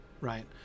right